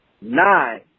nine